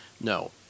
No